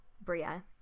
Bria